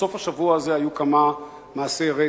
בסוף השבוע הזה היו כמה מעשי רצח.